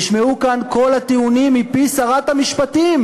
נשמעו כאן כל הטיעונים מפי שרת המשפטים